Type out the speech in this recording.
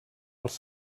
els